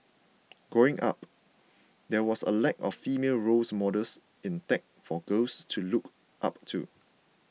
growing up there was a lack of female roles models in tech for girls to look up to